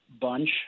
bunch